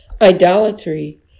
idolatry